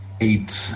Eight